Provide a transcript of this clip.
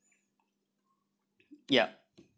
yup